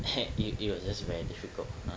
it it was it was just very difficult uh